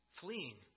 fleeing